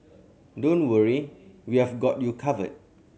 don't worry we have got you covered